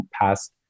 past